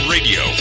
Radio